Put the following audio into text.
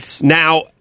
Now